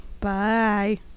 bye